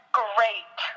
great